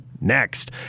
next